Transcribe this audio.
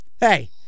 hey